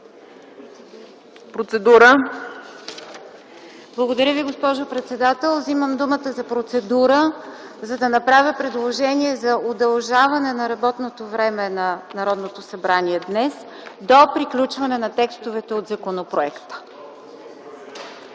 Процедура. ДОКЛАДЧИК ИСКРА МИХАЙЛОВА: Вземам думата за процедура, за да направя предложение за удължаване на работното време на Народното събрание днес до приключване на текстовете от законопроекта.